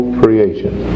creation